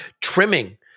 trimming